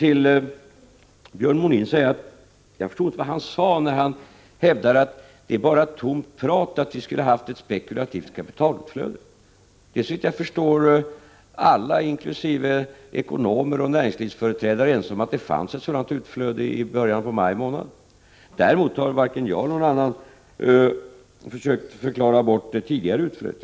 Till Björn Molin vill jag säga att jag inte förstod vad han sade när han hävdade att det är bara tomt prat att vi skulle ha haft ett spekulativt kapitalutflöde. Såvitt jag förstår är alla, inkl. ekonomer och näringslivsföreträdare, ense om att det fanns ett sådant utflöde i början av maj månad. Däremot har varken jag eller någon annan försökt förklara bort det tidigare utflödet.